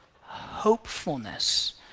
hopefulness